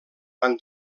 van